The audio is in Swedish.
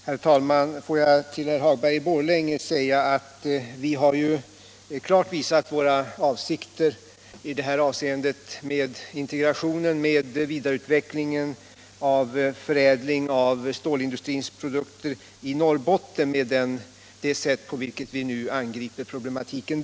Herr talman! Jag vill till herr Hagberg i Borlänge säga att vi ju klart har visat våra avsikter i fråga om integrationen, vidareutvecklingen och förädlingen av stålindustrins produkter i Norrbotten samt genom det sätt på vilket vi nu angriper problematiken.